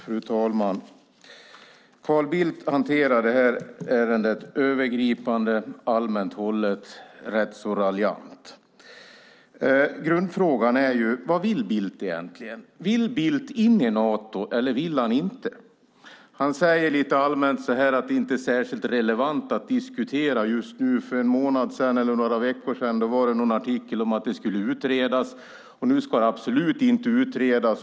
Fru talman! Carl Bildt hanterar det här ärendet på ett övergripande, allmänt hållet och rätt raljant sätt. Grundfrågan är vad Bildt egentligen vill. Vill Bildt in i Nato eller inte? Han säger lite allmänt att det inte är särskilt relevant att diskutera just nu. För någon månad eller någon vecka sedan var det en artikel om att frågan skulle utredas. Nu ska den absolut inte utredas.